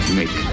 make